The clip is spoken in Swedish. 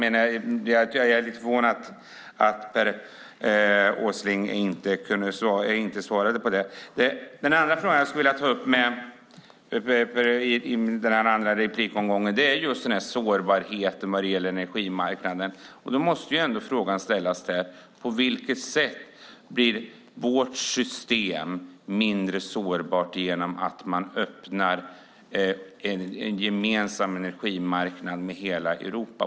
Jag är lite förvånad att Per Åsling inte svarade på det. Den andra fråga jag vill ta upp i denna replikomgång är sårbarheten när det gäller energimarknaden. Då måste ändå frågan ställas: På vilket sätt blir vårt system mindre sårbart genom att man öppnar en gemensam energimarknad med hela Europa?